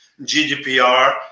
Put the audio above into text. GDPR